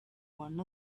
one